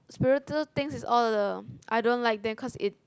spiritual things is all the I don't that cause it's